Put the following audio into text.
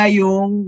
yung